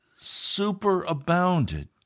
superabounded